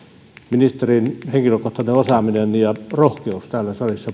ministerin henkilökohtainen osaaminen ja rohkeus täällä salissa